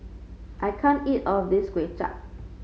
I can't eat all of this Kuay Chap